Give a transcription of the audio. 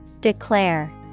Declare